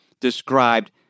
described